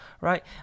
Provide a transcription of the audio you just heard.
right